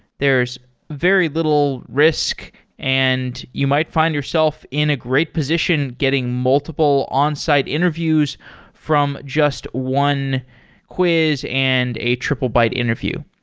there's very little risk and you might find yourself in a great position getting multiple onsite interviews from just one quiz and a triplebyte interview.